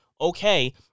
Okay